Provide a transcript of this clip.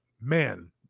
man